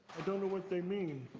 don't know what they mean.